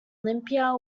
olympia